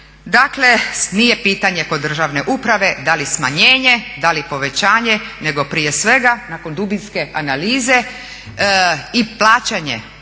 Dakle, nije pitanje kod državne uprave da li smanjenje, da li povećanje nego prije svega nakon dubinske analize i plaćanje